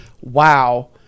wow